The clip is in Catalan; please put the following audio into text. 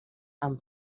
amb